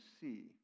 see